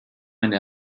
eine